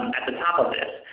at the top of this,